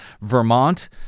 Vermont